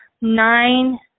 nine